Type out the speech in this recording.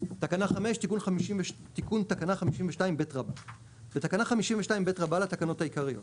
תיקון תקנה 52ב 5. בתקנה 52ב לתקנות העיקריות